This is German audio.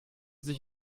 sich